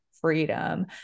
freedom